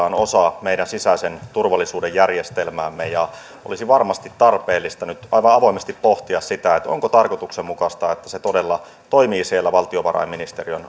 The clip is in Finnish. on osa meidän sisäisen turvallisuuden järjestelmäämme ja olisi varmasti tarpeellista nyt aivan avoimesti pohtia sitä onko tarkoituksenmukaista että se todella toimii siellä valtiovarainministeriön